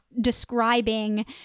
describing